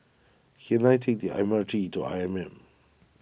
can I take the M R T to I M M